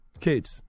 kids